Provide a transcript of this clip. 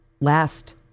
last